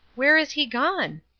where is he gone?